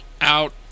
out